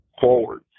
forward